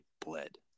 bled